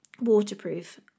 waterproof